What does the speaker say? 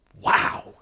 wow